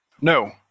No